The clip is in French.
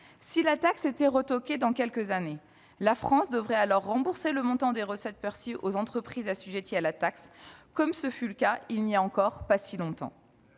Si la taxe était « retoquée » d'ici quelques années, la France devrait alors rembourser le montant des recettes perçues aux entreprises assujetties à la taxe, comme ce fut le cas il n'y a pas si longtemps.